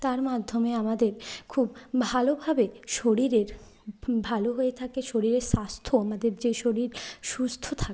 তার মাধ্যমে আমাদের খুব ভালোভাবে শরীরের ভালো হয়ে থাকে শরীরের স্বাস্থ্য আমাদের যে শরীর সুস্থ থাকে